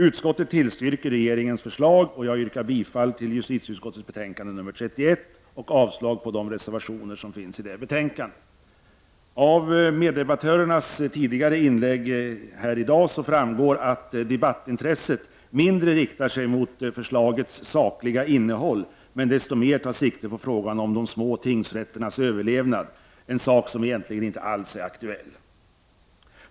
Utskottet tillstyrker regeringens förslag, och jag yrkar bifall till hemställan i justitieutskottets betänkande nr 31 och avslag på de reservationer som fogats till betänkandet. Av meddebattörernas tidigare inlägg här i dag framgår att debattintresset mindre riktar sig mot förslagets sakliga innehåll men desto mer tar sikte på frågan om de små tingsrätternas överlevnad, en fråga som egentligen inte alls är aktuell.